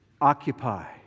occupy